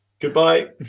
Goodbye